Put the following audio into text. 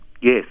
Yes